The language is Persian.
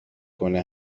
کنه